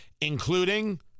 including